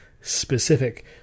specific